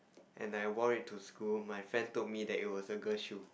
and I wore it to school my friend told me that it was a girl shoe